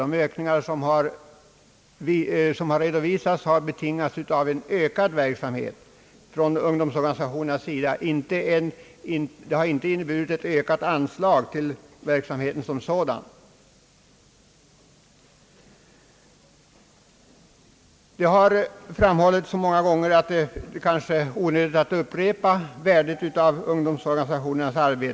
De anslagsökningar som har redovisats har betingats av en ökad verksamhet från ungdomsorganisationernas sida, och uppräkningen har alltså inte inneburit något ökat anslag till verksamheten som sådan. Värdet av ungdomsorganisationernas arbete har framhållits så många gånger att det kanske är onödigt att upprepa det.